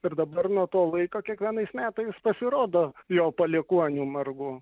ir dabar nuo to laiko kiekvienais metais pasirodo jo palikuonių margų